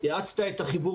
רק מי שהבטחתי לו,